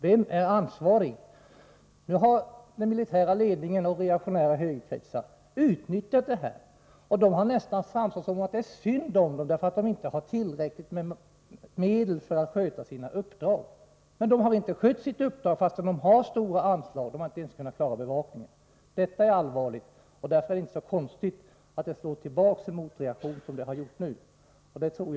Vem är ansvarig? Nu har den militära ledningen och reaktionära högerkretsar utnyttjat denna händelse och har nästan samsats om att det är synd om dessa militärer, därför att de inte har tillräckligt med medel för att sköta sina uppdrag. Men de har inte skött sitt uppdrag i detta fall fastän de har stora anslag — de har inte ens kunnat klara bevakningen. Detta är allvarligt, och det är inte så konstigt att det blivit en reaktion av det slag som den som nu uppkommit.